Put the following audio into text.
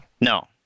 No